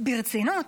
ברצינות.